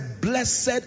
Blessed